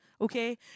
okay